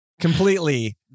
completely